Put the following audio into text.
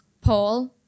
Paul